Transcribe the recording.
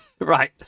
Right